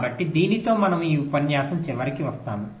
కాబట్టి దీనితో మనము ఈ ఉపన్యాసం చివరికి వస్తాము